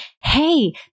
Hey